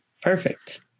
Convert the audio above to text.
Perfect